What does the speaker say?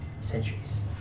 Centuries